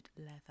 leather